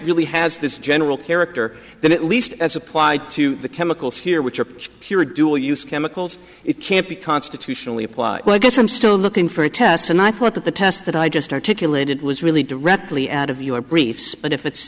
really has this general character that at least as applied to the chemicals here which are pure dual use chemicals it can't be constitutionally apply well i guess i'm still looking for a test and i thought that the test that i just articulated was really directly out of your briefs but if it's